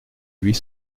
huit